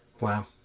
wow